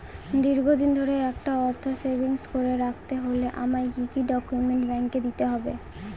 দীর্ঘদিন ধরে একটা অর্থ সেভিংস করে রাখতে হলে আমায় কি কি ডক্যুমেন্ট ব্যাংকে দিতে হবে?